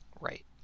Right